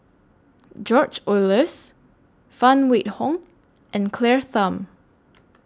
George Oehlers Phan Wait Hong and Claire Tham